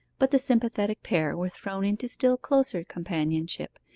but the sympathetic pair were thrown into still closer companionship,